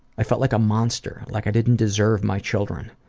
i felt like a monster, like i didn't deserve my children.